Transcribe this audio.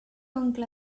oncle